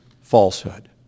falsehood